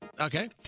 Okay